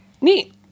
Neat